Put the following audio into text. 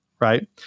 Right